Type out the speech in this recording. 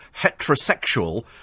heterosexual